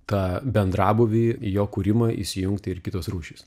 tą bendrabūvį į jo kūrimą įsijungti ir kitos rūšys